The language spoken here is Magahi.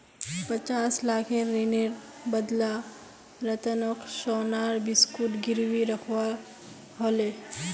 पचास लाखेर ऋनेर बदला रतनक सोनार बिस्कुट गिरवी रखवा ह ले